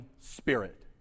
spirit